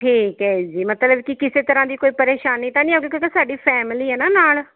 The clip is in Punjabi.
ਠੀਕ ਹੈ ਜੀ ਮਤਲਬ ਕੀ ਕਿਸੇ ਤਰ੍ਹਾਂ ਦੀ ਕੋਈ ਪ੍ਰੇਸ਼ਾਨੀ ਤਾਂ ਨਹੀਂ ਆਊਗੀ ਕਿਉਂਕਿ ਸਾਡੀ ਫੈਮਿਲੀ ਹੈ ਨਾ ਨਾਲ